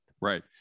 Right